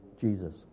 Jesus